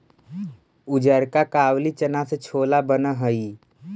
उजरका काबली चना से छोला बन हई